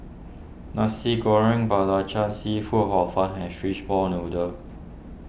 Nasi Goreng Belacan Seafood Hor Fun and Fishball Noodle